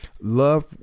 love